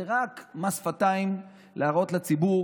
זה רק מס שפתיים כדי להראות לציבור